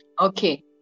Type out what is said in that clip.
Okay